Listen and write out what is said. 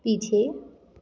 पीछे